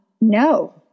No